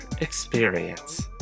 experience